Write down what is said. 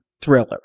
thriller